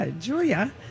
julia